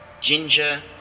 ginger